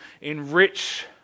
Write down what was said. enrich